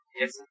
Yes